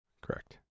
Correct